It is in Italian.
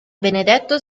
benedetto